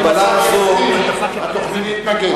אם השר לא יסכים תוכלי להתנגד.